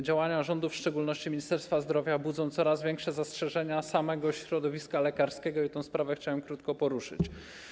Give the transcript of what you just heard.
Działania rządu, w szczególności Ministerstwa Zdrowia, budzą coraz większe zastrzeżenia środowiska lekarskiego i tę sprawę chciałem krótko poruszyć.